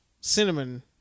cinnamon